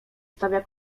stawia